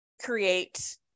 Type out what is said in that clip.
create